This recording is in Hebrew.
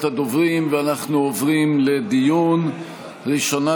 אדוני היושב-ראש,